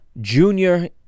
Junior